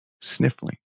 Sniffling